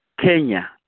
Kenya